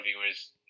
viewers